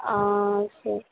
sir